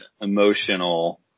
emotional